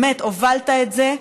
באמת הובלת את זה.